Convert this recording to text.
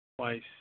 Twice